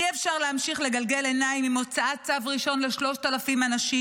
אי-אפשר להמשיך לגלגל עיניים עם הוצאת צו ראשון ל-3,000 אנשים,